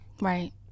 right